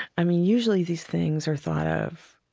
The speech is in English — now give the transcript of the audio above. i mean, usually these things are thought of,